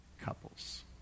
couples